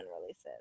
releases